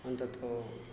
অন্তত